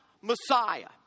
Messiah